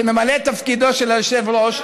שממלא את תפקידו של היושב-ראש,